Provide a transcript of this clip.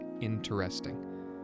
interesting